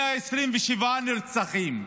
127 נרצחים.